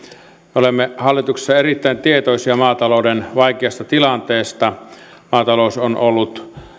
me olemme hallituksessa erittäin tietoisia maatalouden vaikeasta tilanteesta maatalous on ollut